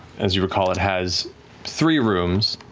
as you recall, it has three rooms